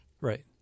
Right